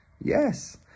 yes